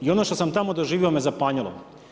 I ono što sam tamo doživio me zapanjilo.